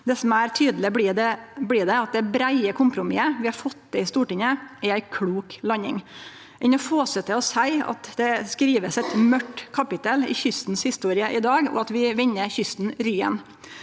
3333 meir tydeleg blir det at det breie kompromisset vi har fått til i Stortinget, er ei klok landing. Ein får seg til å seie at det blir skrive eit mørkt kapittel i kystens historie i dag, og at vi vender kysten ryggen.